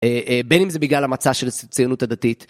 בין אם זה בגלל המצע של ציונות הדתית.